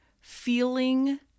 feeling